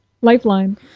Lifeline